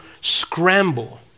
scramble